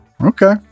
Okay